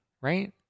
right